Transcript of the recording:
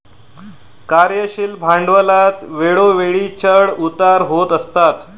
कार्यशील भांडवलात वेळोवेळी चढ उतार होत असतात